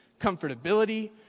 comfortability